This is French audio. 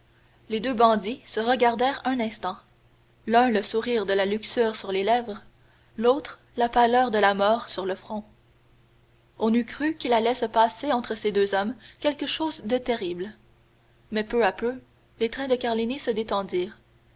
les deux bandits se regardèrent un instant l'un le sourire de la luxure sur les lèvres l'autre la pâleur de la mort sur le front on eût cru qu'il allait se passer entre ces deux hommes quelque chose de terrible mais peu à peu les traits de carlini se détendirent